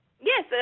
Yes